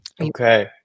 Okay